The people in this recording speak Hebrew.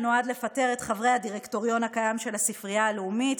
שנועד לפטר את חברי הדירקטוריון הקיים של הספרייה הלאומית,